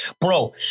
bro